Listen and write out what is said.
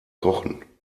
kochen